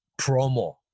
promo